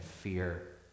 fear